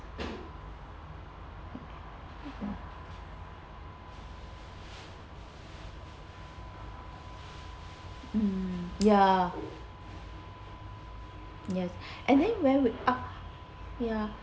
mm ya yes and then when we ya